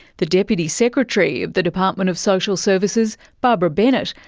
the deputy secretary of the department of social services, barbara bennett,